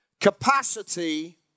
Capacity